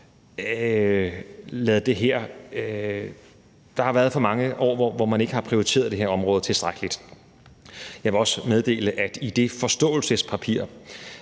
der har været for mange år, hvor man ikke har prioriteret det her område tilstrækkeligt. Jeg vil også meddele, at i det forståelsespapir,